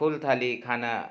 फूल थाली खाना